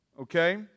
Okay